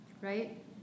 Right